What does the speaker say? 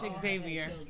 Xavier